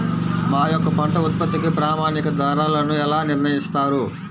మా యొక్క పంట ఉత్పత్తికి ప్రామాణిక ధరలను ఎలా నిర్ణయిస్తారు?